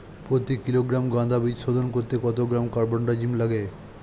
প্রতি কিলোগ্রাম গাঁদা বীজ শোধন করতে কত গ্রাম কারবানডাজিম লাগে?